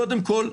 קודם כול,